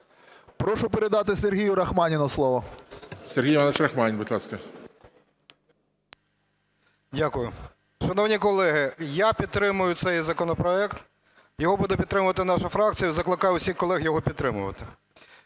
Прошу передати Сергію Рахманіну слово. ГОЛОВУЮЧИЙ. Сергій Іванович Рахманін, будь ласка. 13:24:17 РАХМАНІН С.І. Дякую. Шановні колеги, я підтримую цей законопроект, його буде підтримувати наша фракція. Закликаю всіх колег його підтримувати.